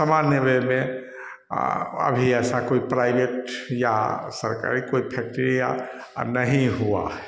समान्य वे में अभी ऐसा कोई प्राइवेट या सरकारी कोई फैक्ट्री या आ नहीं हुआ है